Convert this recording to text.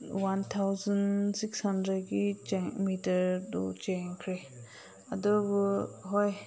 one thousand six ꯍꯟꯗ꯭ꯔꯦꯠꯀꯤ ꯃꯤꯇꯔꯗꯣ ꯆꯦꯟꯈꯔꯦ ꯑꯗꯨꯕꯨ ꯍꯣꯏ